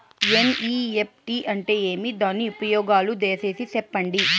NEFT అంటే ఏమి? దాని ఉపయోగాలు దయసేసి సెప్పండి?